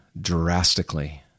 drastically